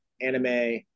anime